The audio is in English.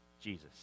Jesus